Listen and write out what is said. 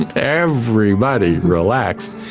and everybody relaxed.